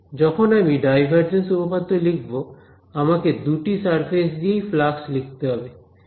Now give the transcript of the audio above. যখন আমি ডাইভারজেন্স উপপাদ্য লিখব আমাকে দুটি সারফেস দিয়েই ফ্লাক্স লিখতে হবে